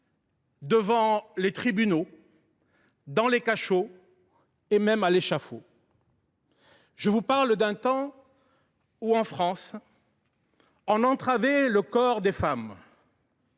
devant les tribunaux, dans les cachots et même à l’échafaud. Je vous parle d’un temps où, en France, on entravait le corps des femmes.